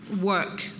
work